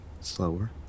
slower